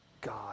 God